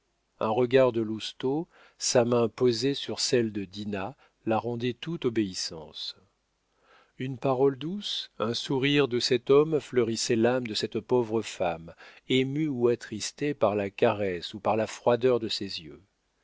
un regard de lousteau sa main posée sur celle de dinah la rendaient tout obéissance une parole douce un sourire de cet homme fleurissaient l'âme de cette pauvre femme émue ou attristée par la caresse ou par la froideur de ses yeux